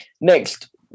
Next